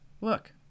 Look